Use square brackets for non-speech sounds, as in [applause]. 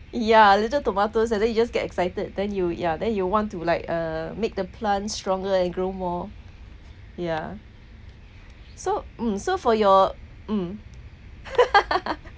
yeah little tomatoes and then you just get excited then you ya then you want to like uh make the plant stronger and grow more yeah so mm so for your mm [laughs]